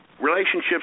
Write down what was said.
relationship's